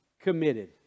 committed